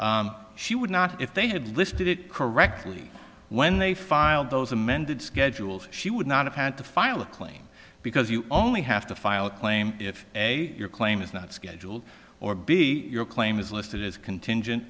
is she would not if they had listed it correctly when they filed those amended schedules she would not have had to file a claim because you only have to file a claim if a your claim is not scheduled or big your claim is listed as contingent